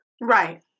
Right